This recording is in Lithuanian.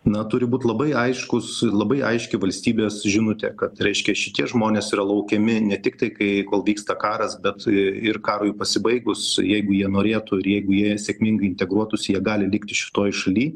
na turi būti labai aiškūs labai aiški valstybės žinutė kad reiškia šitie žmonės yra laukiami ne tiktai kai kol vyksta karas bet ir karui pasibaigus jeigu jie norėtų ir jeigu jie sėkmingai integruotųsi jie gali likti šitoje šalyje